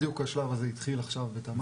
בדיוק השלב הזה התחיל עכשיו בתמר.